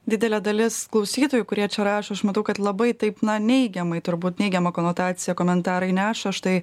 didelė dalis klausytojų kurie rašo aš matau kad labai taip na neigiamai turbūt neigiamą konotaciją komentarai neša štai